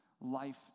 life